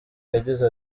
yagize